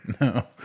no